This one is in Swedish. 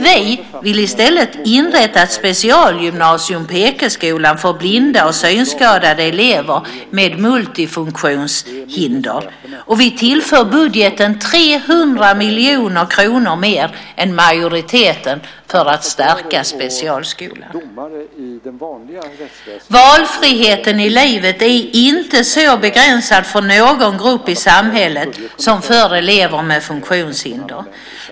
Vi vill i stället inrätta ett specialgymnasium på Ekeskolan för blinda och synskadade elever med multifunktionshinder, och vi tillför budgeten 300 miljoner kronor mer än majoriteten för att stärka specialskolan. Valfriheten i livet är inte så begränsad för någon grupp i samhället som för elever med funktionshinder.